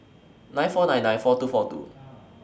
nine four nine nine four two four two